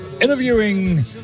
interviewing